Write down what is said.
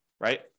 right